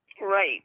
Right